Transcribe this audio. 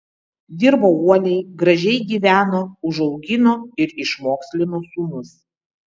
dirbo uoliai gražiai gyveno užaugino ir išmokslino sūnus